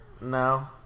No